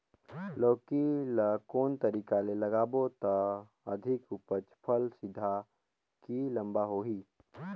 लौकी ल कौन तरीका ले लगाबो त अधिक उपज फल सीधा की लम्बा होही?